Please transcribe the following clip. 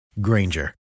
Granger